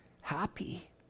Happy